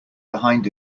behind